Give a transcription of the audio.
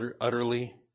utterly